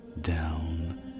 down